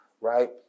right